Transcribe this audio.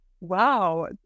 wow